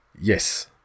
Yes